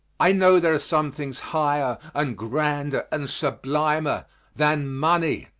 i know there are some things higher and grander and sublimer than money.